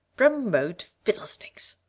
promote fiddlesticks!